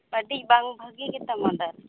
ᱟᱹᱰᱤ ᱵᱟᱝ ᱵᱷᱟᱹᱜᱤ ᱜᱮᱛᱟᱢᱟ ᱫᱟᱹᱞ